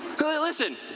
Listen